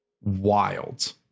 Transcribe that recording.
wild